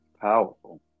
Powerful